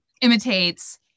imitates